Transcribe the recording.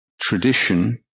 tradition